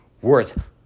worth